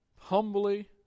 humbly